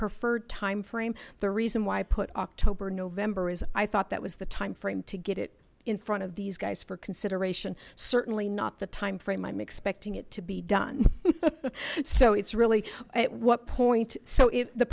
preferred timeframe the reason why i put october november is i thought that was the timeframe to get it in front of these guys for consideration certainly not the timeframe i'm expecting it to be done so it's really at what point so if the